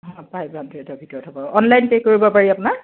five হাণড্ৰেদৰ ভিতৰত হ'ব অনলাইন পে' কৰিব পাৰি আপোনাৰ